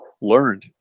learned